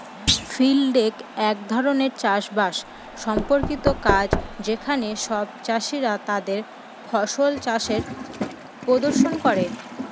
field day এক ধরনের চাষ বাস সম্পর্কিত কাজ যেখানে সব চাষীরা তাদের ফসল চাষের প্রদর্শন করে